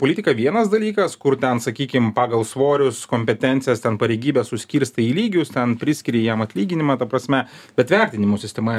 politika vienas dalykas kur ten sakykim pagal svorius kompetencijas ten pareigybes suskirstai į lygius ten priskiri jiem atlyginimą ta prasme bet vertinimų sistema